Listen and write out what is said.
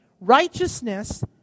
Righteousness